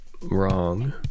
wrong